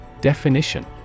Definition